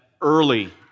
early